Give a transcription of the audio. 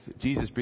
Jesus